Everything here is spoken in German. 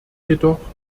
jedoch